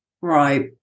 Right